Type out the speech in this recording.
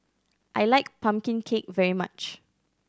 I like pumpkin cake very much